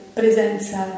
presenza